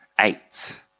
eight